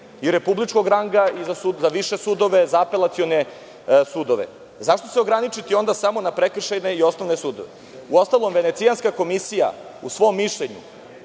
i republičkog ranga i za više sudove, za apelacione sudove? Zašto se ograničiti samo na prekršajne i osnovne sudove? Uostalom, Venecijanska komisija u svom mišljenju